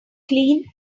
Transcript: clean